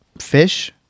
fish